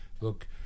Look